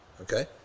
okay